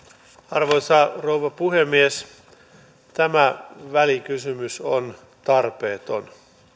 arvoisa rouva puhemies tämä välikysymys on tarpeeton